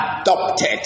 adopted